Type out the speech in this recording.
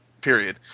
period